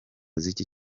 z’iki